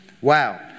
Wow